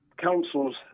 councils